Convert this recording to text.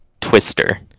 Twister